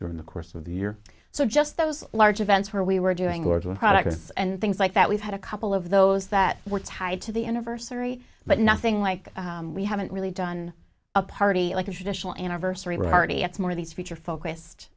during the course of the year so just those large events where we were doing words with products and things like that we've had a couple of those that were tied to the anniversary but nothing like we haven't really done a party like a traditional anniversary party it's more of these future focused